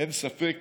אין ספק